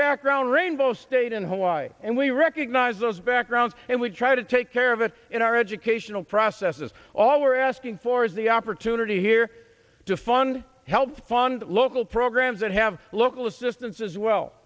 background rainbow state in hawaii and we recognize those backgrounds and we try to take care of it in our educational processes all we're asking for is the opportunity here to fund helped fund local programs that have local assistance as well